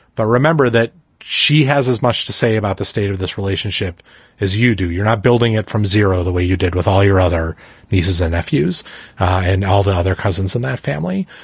but remember that she has as much to say about the state of this relationship as you do. you're not building it from zero the way you did with all your other nieces and nephews and all the other cousins in that family.